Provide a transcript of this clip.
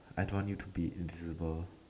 I don't want you to be invisible